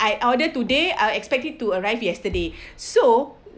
I order today I expect it to arrive yesterday so